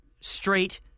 straight